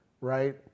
Right